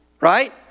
right